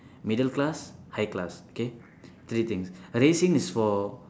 middle class high class okay three things racing is for